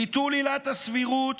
ביטול עילת הסבירות